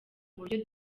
buryo